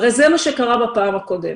הרי זה מה שקרה בפעם הקודמת.